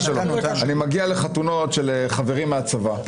לחתונות של חברים מהצבא.